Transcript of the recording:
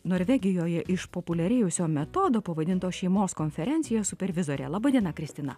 norvegijoje išpopuliarėjusio metodo pavadinto šeimos konferencija supervizorė laba diena kristina